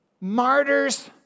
martyrs